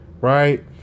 right